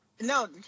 No